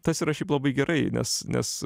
tas yra šiaip labai gerai nes nes